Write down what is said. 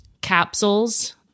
capsules